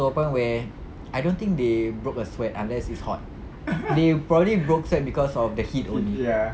to a point where I don't think they broke a sweat unless it's hot they probably broke sweat cause of the heat only